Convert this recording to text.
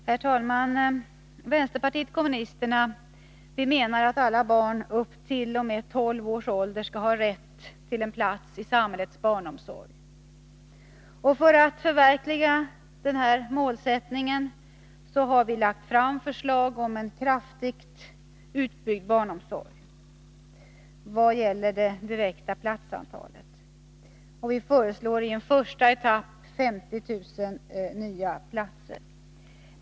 Herr talman! Vänsterpartiet kommunisterna menar att alla barn upp t.o.m. 12 års ålder skall ha rätt till en plats i samhällets barnomsorg. För att förverkliga det målet har vi lagt fram förslag om en kraftigt utbyggd barnomsorg i vad gäller platsantalet. Vi föreslår i en första etapp 50 000 nya platser.